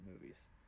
movies